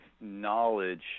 knowledge